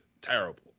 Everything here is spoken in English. Terrible